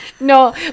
No